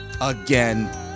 again